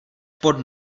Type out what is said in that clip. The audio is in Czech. pod